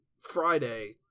Friday